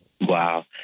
Wow